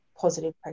positive